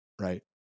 right